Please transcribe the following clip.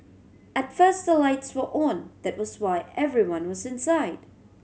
at first the lights were own that was why everyone was inside